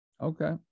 Okay